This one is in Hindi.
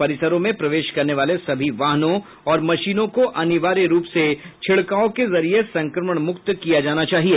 परिसरों में प्रवेश करने वाले सभी वाहनों और मशीनों को अनिवार्य रुप से छिड़काव के जरिए संक्रमण मुक्त किया जाना चाहिए